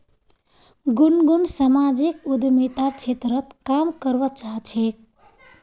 गुनगुन सामाजिक उद्यमितार क्षेत्रत काम करवा चाह छेक